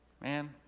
man